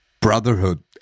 brotherhood